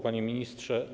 Panie Ministrze!